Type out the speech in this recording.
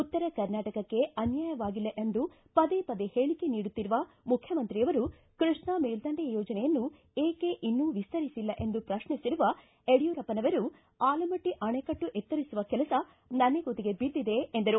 ಉತ್ತರ ಕರ್ನಾಟಕಕ್ಕೆ ಅನ್ಕಾಯವಾಗಿಲ್ಲ ಎಂದು ಪದೆ ಪದೆ ಹೇಳಿಕೆ ನೀಡುತ್ತಿರುವ ಮುಖ್ಯಮಂತ್ರಿಯವರು ಕೃಷ್ಣಾ ಮೇಲ್ದಂಡೆ ಯೋಜನೆಯನ್ನು ವಿಕೆ ಇನ್ನೂ ವಿಸ್ತರಿಸಿಲ್ಲ ಎಂದು ಪ್ರಶ್ನಿಸಿರುವ ಯಡಿಯೂರಪ್ಪನವರು ಆಲಮಟ್ಟಿ ಆಣೆಕಟ್ಟು ಎತ್ತಿರಿಸುವ ಕೆಲಸ ನನೆಗುದಿಗೆ ಬಿದ್ದಿದೆ ಎಂದರು